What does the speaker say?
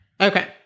Okay